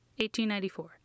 1894